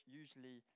usually